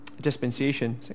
dispensation